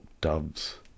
doves